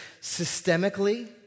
systemically